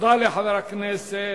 תודה לחבר הכנסת